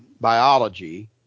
biology